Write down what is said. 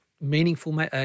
meaningful